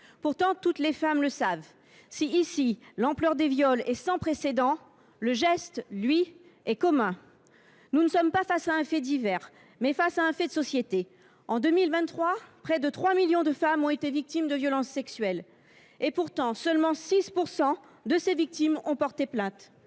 Pourtant, toutes les femmes le savent : si l’ampleur des viols est sans précédent dans cette affaire, le geste, lui, est commun. Ce n’est pas un fait divers ; c’est un fait de société. En 2023, près de 3 millions de femmes ont été victimes de violences sexuelles. Pourtant, seulement 6 % de ces victimes ont porté plainte.